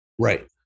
right